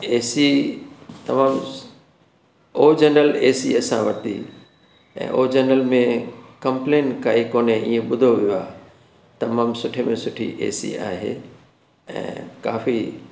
ए C तमामु ओ general A C असां वरिती ऐं ओ जनरल में कम्पलेंट काई कोन्हे ईअं ॿुधो वियो आहे तमामु सुठे में सुठी ए सी आहे ऐं काफ़ी